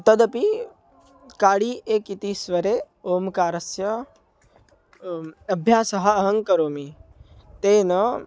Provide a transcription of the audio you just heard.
तदपि काडी एक् इति स्वरे ओंकारस्य अभ्यासः अहं करोमि तेन